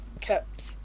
kept